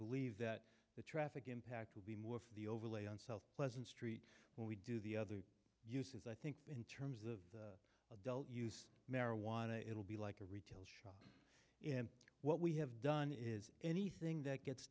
believe that the traffic impact will be more for the overlay on south pleasant street when we do the other uses i think in terms of adult use marijuana it will be like a retail and what we have done is anything that gets